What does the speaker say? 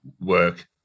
work